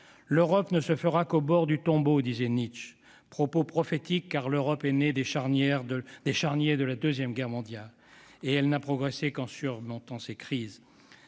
L'Europe ne se fera qu'au bord du tombeau », disait Nietzsche. Ces propos étaient prophétiques, car l'Europe est née des charniers de la Seconde Guerre mondiale et n'a progressé qu'en surmontant ses crises.